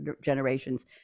generations